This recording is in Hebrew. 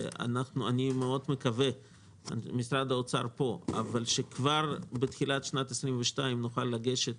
אני מקווה מאוד משרד האוצר פה שכבר בתחילת שנת 22 נוכל לגשת